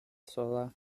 sola